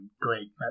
great